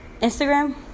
Instagram